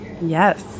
Yes